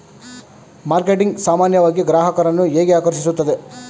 Marketing ಸಾಮಾನ್ಯವಾಗಿ ಗ್ರಾಹಕರನ್ನು ಹೇಗೆ ಆಕರ್ಷಿಸುತ್ತದೆ?